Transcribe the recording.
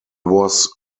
was